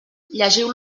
llegiu